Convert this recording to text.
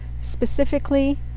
Specifically